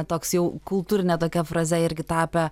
toks jau kultūrinė tokia fraze irgi tapę